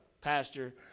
Pastor